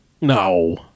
No